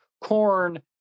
corn